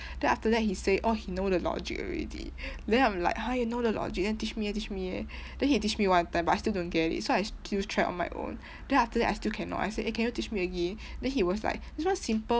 then after that he said oh he know the logic already then I'm like !huh! you know the logic then teach me eh teach me eh then he teach me one time but I still don't get it so I still tried on my own then after that I still cannot I said eh can you teach me again then he was like this one simple